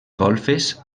golfes